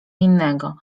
innego